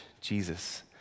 Jesus